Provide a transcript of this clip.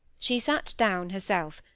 she sate down herself,